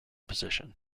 position